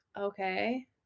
okay